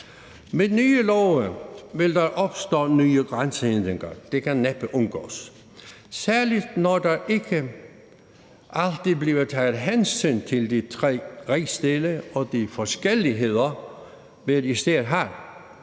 Med nye love vil der opstå nye grænsehindringer. Det kan næppe undgås – særlig når der aldrig bliver taget hensyn til de tre rigsdele og de forskelligheder, vi hver